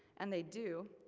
and they do,